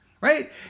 right